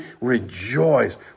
rejoice